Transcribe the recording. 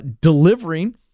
delivering